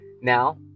Now